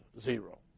zero